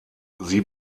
sie